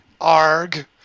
ARG